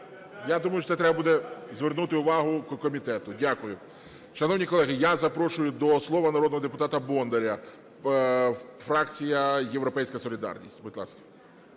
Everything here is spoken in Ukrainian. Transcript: Я думаю, що це треба буде звернути увагу комітету. Дякую. Шановні колеги, я запрошую до слова народного депутата Бондаря, фракція "Європейська солідарність". Будь ласка.